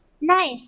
Nice